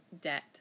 debt